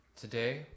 Today